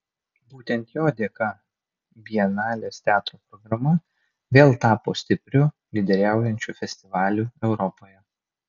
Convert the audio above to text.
būtent jo dėka bienalės teatro programa vėl tapo stipriu lyderiaujančiu festivaliu europoje